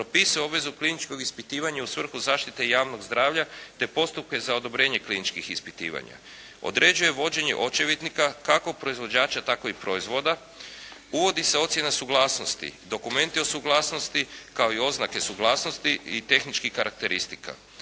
propisuje obvezu kliničkog ispitivanja u svrhu zaštite javnog zdravlja, te postupke za odobrenje kliničkih ispitivanja, određuje vođenje očevidnika kako proizvođača tako i proizvoda. Uvodi se ocjena suglasnosti, dokumenti o suglasnosti kao i oznake suglasnosti i tehničkih karakteristika,